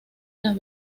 las